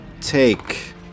Take